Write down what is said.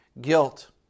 guilt